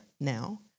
now